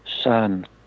son